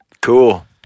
cool